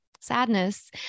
sadness